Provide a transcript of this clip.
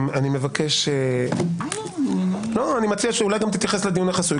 אני מציע שאולי תתייחס גם אתה לדיון החסוי.